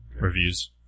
reviews